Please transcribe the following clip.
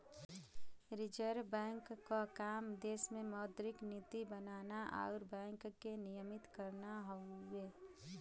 reserve bank क काम देश में मौद्रिक नीति बनाना आउर बैंक के नियमित करना हउवे